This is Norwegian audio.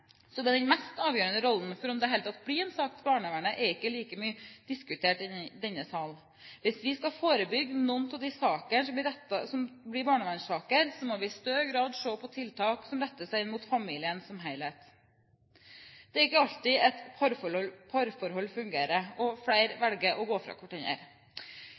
den mest avgjørende rollen for om det i det hele tatt blir en sak for barnevernet, er ikke like mye diskutert i denne sal. Hvis vi skal forebygge noen av de sakene som senere blir barnevernssaker, må vi i større grad se på tiltak som retter seg mot familien som helhet. Det er ikke alltid et parforhold fungerer, og flere velger å gå fra